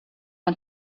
man